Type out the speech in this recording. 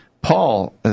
Paul